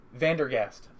Vandergast